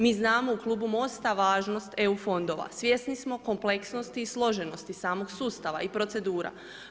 Mi znamo u Klubu MOST-a, važnost EU fondova, svjesni smo kompleksnosti i složenosti samog sustava i procedura.